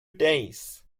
days